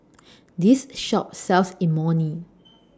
This Shop sells Imoni